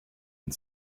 and